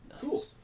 Cool